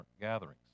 gatherings